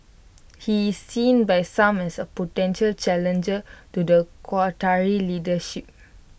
he is seen by some as A potential challenger to the Qatari leadership